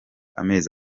amezi